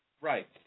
Right